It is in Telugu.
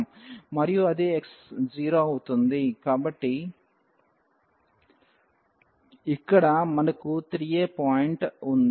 అవుతుంది కాబట్టి ఇక్కడ మనకు 3a పాయింట్ ఉంది